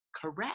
correct